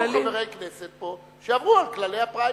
היו חברי כנסת פה שעברו על כללי הפריימריס.